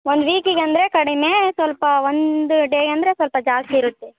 ಒಂದು ವೀಕಿಗೆ ಅಂದರೆ ಕಡಿಮೆ ಸ್ವಲ್ಪ ಒಂದು ಡೇ ಅಂದರೆ ಸ್ವಲ್ಪ ಜಾಸ್ತಿ ಇರುತ್ತೆ